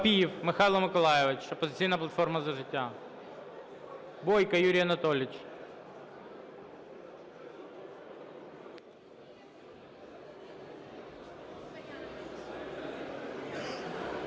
Папієв Михайло Миколайович, "Опозиційна платформа - За життя".